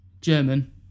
German